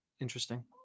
interesting